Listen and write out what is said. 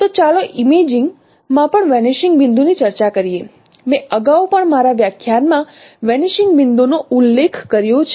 તો ચાલો ઇમેજિંગ માં પણ વેનીશિંગ બિંદુ ની ચર્ચા કરીએ મેં અગાઉ પણ મારા વ્યાખ્યાન માં વેનીશિંગ બિંદુનો ઉલ્લેખ કર્યો છે